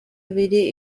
abiri